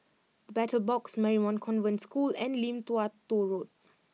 The Battle Box Marymount Convent School and Lim Tua Tow Road